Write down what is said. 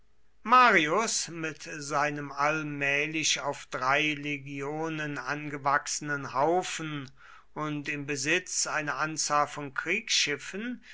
marius mit seinem allmählich auf drei legionen angewachsenen haufen und im besitz einer anzahl von kriegsschiffen